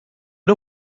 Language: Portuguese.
não